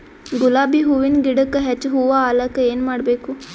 ಗುಲಾಬಿ ಹೂವಿನ ಗಿಡಕ್ಕ ಹೆಚ್ಚ ಹೂವಾ ಆಲಕ ಏನ ಮಾಡಬೇಕು?